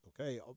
Okay